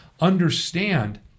understand